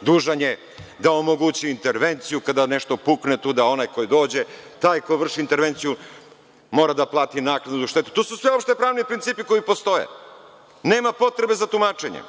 Dužan je da omogući intervenciju kada nešto pukne tu, da onaj koji dođe, taj koji vrši intervenciju mora da plati naknadnu štetu, to su sveopšti pravni principi koji postoje. Nema potrebe za tumačenjem.